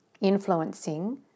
influencing